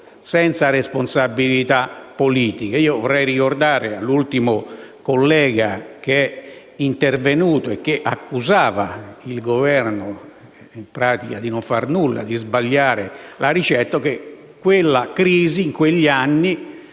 senza responsabilità politica. Vorrei ricordare all'ultimo collega intervenuto, che accusava il Governo di non fare nulla, di sbagliare la ricetta, che la crisi di quegli anni